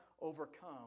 overcome